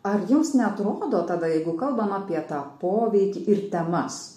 ar jums neatrodo tada jeigu kalbam apie tą poveikį ir temas